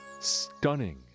Stunning